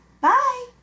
Bye